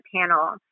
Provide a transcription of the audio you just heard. panel